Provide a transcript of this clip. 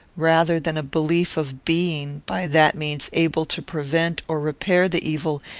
rather than a belief of being, by that means, able to prevent or repair the evil,